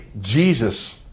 Jesus